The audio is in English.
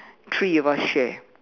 three of us share